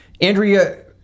Andrea